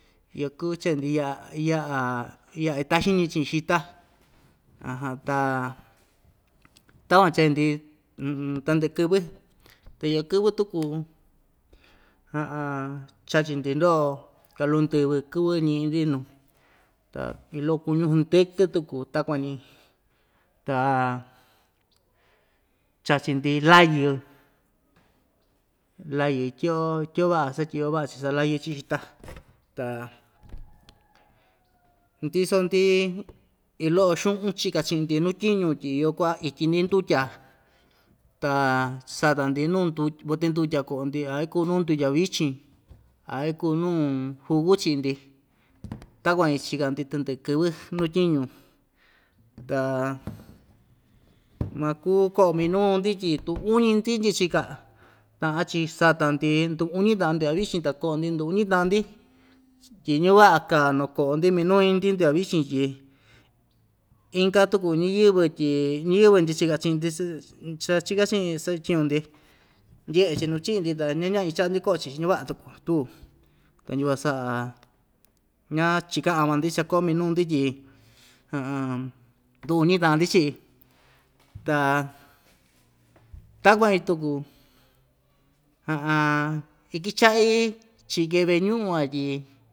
Iyo kɨvɨ chee‑ndi yaa yaꞌa yaꞌa itaxin‑ñi chiꞌin xita ta takuan chee‑ndi tandɨꞌɨ kɨvɨ ta iyo kɨvɨ tuku chachi‑ndi loꞌo kalu ndɨvɨ kɨvɨ ñiꞌi‑ndi nuu iin loꞌo kuñu hndɨkɨ tuku takuan‑ñi ta chachi‑ndi layi layi ityiꞌyo tyiꞌyo vaꞌa satyiꞌyo vaꞌa‑chi sa layɨ‑chi xita ta ndiso‑ndi iin loꞌo xuꞌun chika chiꞌi‑ndi nuu tyiñu tyi iyo kuaꞌa ityi‑ndi ndutya ta sata‑ndi nuu ndu bote ndutya koꞌo‑ndi a ikuu nuu ndutya vichin a ikuu nuu jugu chiꞌi‑ndi takuan‑ñi chika‑ndi tandɨꞌɨ kɨvɨ nuu tyiñu ta makuu koꞌo minuu‑ndi tyi tu uñi‑ndi ndyachika taꞌan‑chi sata‑ndi ndu uñi taꞌan ndutya vichin ta koꞌo‑ndi ndu uñi taꞌan‑ndi tyi ña vaꞌa kaa nuu koꞌo‑ndi miñi‑ndi ndutya vichin tyi inka tuku ñiyɨvɨ tyi ñiyɨvɨ ndyachika chiꞌin‑ndi sskk cha chika chiꞌin sɨtyiñu‑ndi ndyeꞌe‑chi nuu chiꞌi‑ndi ta ña ñaꞌñi chaꞌa‑ndi koꞌo‑chi ñavaꞌa tuku tuu ta yukuan saꞌa ña chikan ama‑ndi cha koꞌo minuu‑ndi tyi ndu uñi taꞌan‑ndi chiꞌi ta takuan iin tuku ikichaꞌi chike veꞌe ñuꞌun aa tyi.